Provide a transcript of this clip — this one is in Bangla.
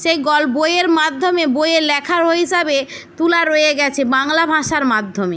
সেই বইয়ের মাধ্যমে বইয়ে লেখারও হিসাবে তোলা রয়ে গেছে বাংলা ভাষার মাধ্যমে